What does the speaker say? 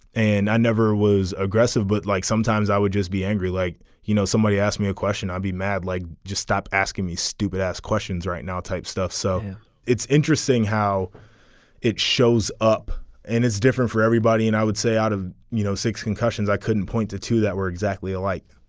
and i never was aggressive but like sometimes i would just be angry like you know somebody asked me a question i'll be mad like just stop asking me stupid ask questions right now type stuff so it's interesting how it shows up and it's different for everybody and i would say out of you know six concussions i couldn't point to two that were exactly alike